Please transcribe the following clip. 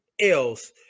else